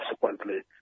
subsequently